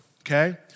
okay